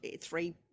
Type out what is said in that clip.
three